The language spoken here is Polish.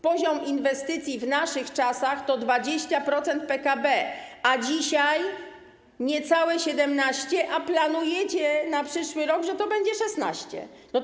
Poziom inwestycji w naszych czasach to 20% PKB, a dzisiaj to niecałe 17%, a planujecie na przyszły rok, że to będzie 16%.